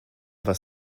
was